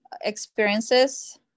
experiences